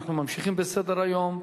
אנחנו ממשיכים בסדר-היום.